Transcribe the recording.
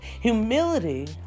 Humility